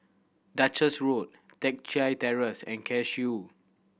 Duchess Road Teck Chye Terrace and Cashew